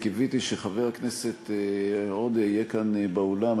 קיוויתי שחבר הכנסת עודה יהיה כאן באולם.